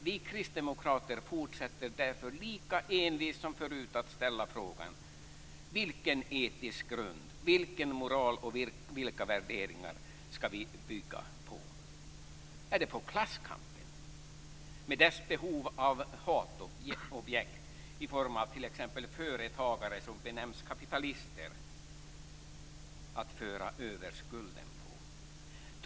Vi kristdemokrater fortsätter därför lika envist som förut att ställa frågan: Vilken etisk grund, vilken moral och vilka värderingar skall vi bygga på? Är det på klasskampen med dess behov av hatobjekt, i form av t.ex. företagare som benämns kapitalister, att föra över skulden på?